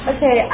Okay